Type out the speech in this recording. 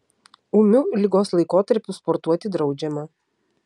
ūmiu ligos laikotarpiui sportuoti draudžiama